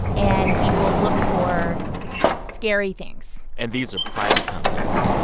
and we will look for scary things and these are private companies.